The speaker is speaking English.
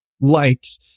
likes